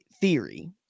theory